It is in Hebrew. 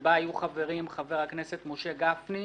שבה יהיו חברים חבר הכנסת משה גפני,